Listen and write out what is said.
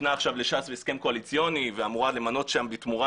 נתנה עכשיו לש"ס הסכם קואליציוני ואמורה למנות שם בתמורה